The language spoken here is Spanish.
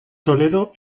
toledo